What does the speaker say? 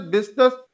Business